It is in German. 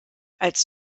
als